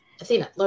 Athena